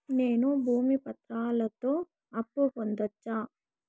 నేను భూమి పత్రాలతో అప్పు పొందొచ్చా?